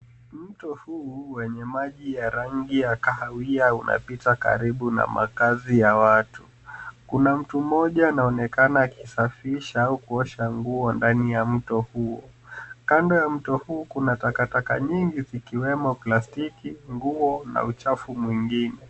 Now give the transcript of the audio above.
Mto huu wenye maji ya rangi ya kahawia unapita karibu na makaazi ya watu. Kuna mtu mmoja anaonekana akisafisha au kuosha nguo ndani ya mto huo. Kando ya mto huu kuna takataka nyingi zikiwemo plastiki, nguo na uchafu mwingine.